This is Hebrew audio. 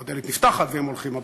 או הדלת נפתחת והם הולכים הביתה.